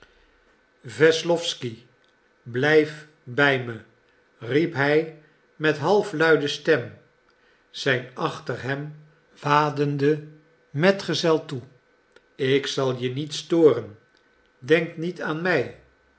wesslowsky blijf bij me riep hij met halfluide stem zijn achter hem wadenden metgezel toe ik zal je niet storen denk niet aan mij